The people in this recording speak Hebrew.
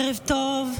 ערב טוב,